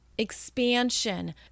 expansion